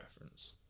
reference